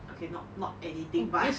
okay not not anything but